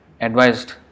advised